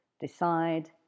decide